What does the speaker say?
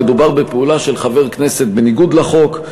מדובר בפעולה של חבר כנסת בניגוד לחוק,